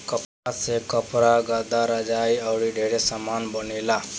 कपास से कपड़ा, गद्दा, रजाई आउर ढेरे समान बनेला